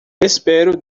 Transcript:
espero